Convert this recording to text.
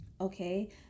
Okay